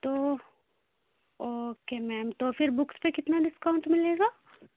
تو okay ma'am تو پھر بکس پہ کتنا ڈسکاؤنٹ ملے گا